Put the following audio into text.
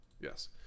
Yes